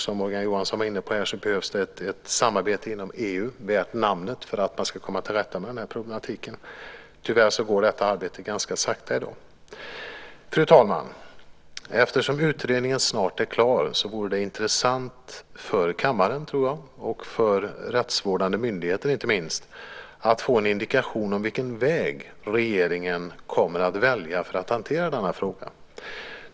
Som Morgan Johansson var inne på behövs ett samarbete inom EU värt namnet för att man ska komma till rätta med den här problematiken. Tyvärr går detta arbete ganska sakta i dag. Fru talman! Eftersom utredningen snart är klar vore det intressant för kammaren och för rättsvårdande myndigheter inte minst att få en indikation om vilken väg regeringen kommer att välja för att hantera denna fråga.